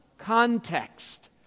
context